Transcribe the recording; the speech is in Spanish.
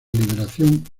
liberación